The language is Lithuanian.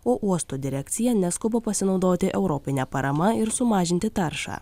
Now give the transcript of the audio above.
o uosto direkcija neskuba pasinaudoti europine parama ir sumažinti taršą